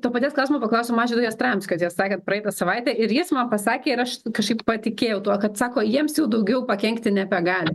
to paties klausimo paklausiau mažvydo jastramskio tiesą sakant praeitą savaitę ir jis man pasakė ir aš kažkaip patikėjau tuo kad sako jiems jau daugiau pakenkti nebegali